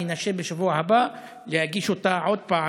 אני אנסה בשבוע הבא להגיש אותה עוד פעם.